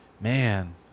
man